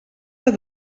del